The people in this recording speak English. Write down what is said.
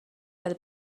are